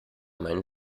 meinen